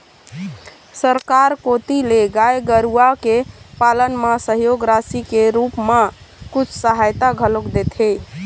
सरकार कोती ले गाय गरुवा के पालन म सहयोग राशि के रुप म कुछ सहायता घलोक देथे